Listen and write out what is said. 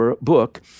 book